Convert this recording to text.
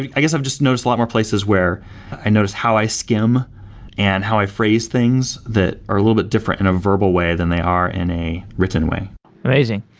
yeah i guess, i've just noticed a lot more places where i noticed how i skim and how i phrase things that are a little bit different in a verbal way than they are in a written way amazing.